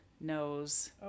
knows